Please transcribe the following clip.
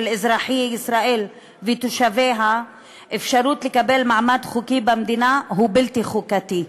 אזרחי ישראל ותושביה אפשרות לקבל מעמד חוקי במדינה הוא בלתי חוקתי,